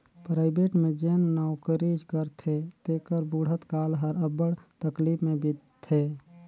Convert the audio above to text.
private में जेन नउकरी करथे तेकर बुढ़त काल हर अब्बड़ तकलीफ में बीतथे